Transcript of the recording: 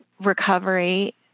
recovery